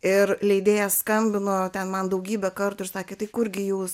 ir leidėjas skambino ten man daugybę kartų ir sakė tai kur gi jūs